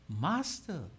Master